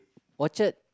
orchard